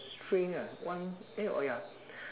string ah one eh oh ya